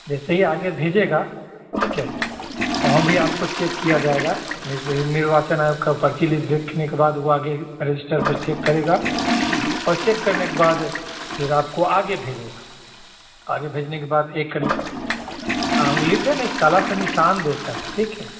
जैसे ही आगे भेजेगा ठीक है और वहाँ भी आपको चेक किया जाएगा निर्वाचन आयोग की पर्ची लिस्ट देखने के बाद वह आगे रजिस्टर चेक करेगा और चेक करने के बाद फ़िर आपको आगे भेजेगा आगे भेजने के बाद एक ऊँगली पर नहीं काला सा निशान देता है ठीक है